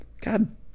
God